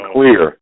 Clear